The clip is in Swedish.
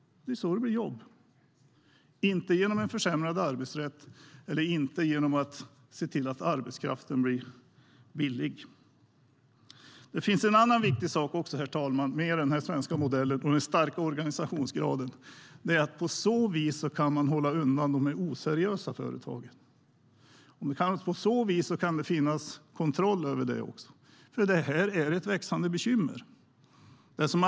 Det är så det blir jobb, inte genom att försämra arbetsrätten eller se till att arbetskraften blir billig. Herr talman! En annan viktig sak i den svenska modellen och den starka organisationsgraden är att man kan hålla undan de oseriösa företagen och ha en kontroll där, för de är ett växande bekymmer.